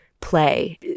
play